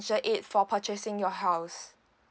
financial aid for purchasing your house